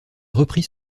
repris